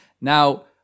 Now